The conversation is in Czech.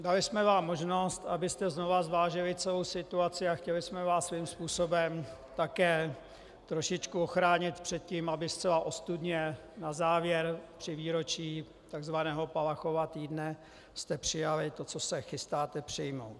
Dali jsme vám možnost, abyste znovu zvážili celou situaci, a chtěli jsme vás svým způsobem také trošičku ochránit před tím, abyste zcela ostudně na závěr při výročí takzvaného Palachova týdne přijali to, co se chystáte přijmout.